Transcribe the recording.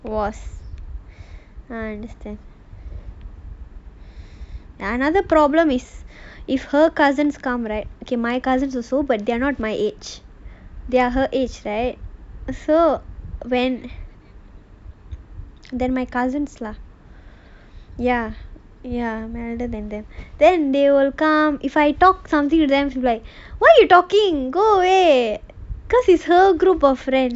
was ya I understand another problem is if her cousins come right okay my cousins also but they are not my age they are her age right so when they are my cousins lah ya ya then they will come if I talk something with them she's like why you talking go away it because it's her group of friends